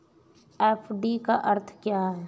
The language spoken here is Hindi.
एफ.डी का अर्थ क्या है?